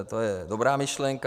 To je dobrá myšlenka.